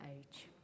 age